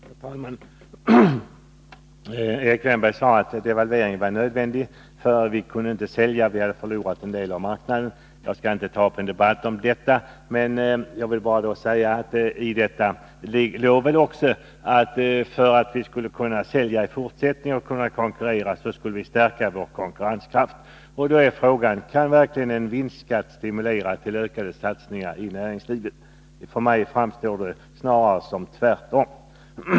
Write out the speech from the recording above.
Herr talman! Erik Wärnberg sade att devalveringen var nödvändig därför att vi inte kunde sälja tillräckligt mycket och hade förlorat marknadsandelar. Jag skall inte ta upp en debatt om detta, men vill säga att anledningen till de föreslagna åtgärderna var väl också att vi i fortsättningen skall kunna sälja mer och stärka vår konkurrenskraft. Då är frågan: Kan verkligen en vinstskatt stimulera till ökade satsningar i näringslivet? Mig förefaller det snarare som om det skulle vara tvärtom.